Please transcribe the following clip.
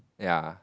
ya